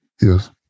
Yes